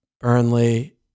Burnley